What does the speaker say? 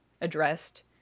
addressed